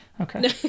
Okay